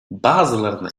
bazılarına